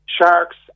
sharks